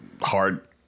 hard